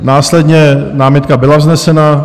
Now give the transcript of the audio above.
Následně námitka byla vznesena.